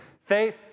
Faith